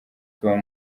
tubamo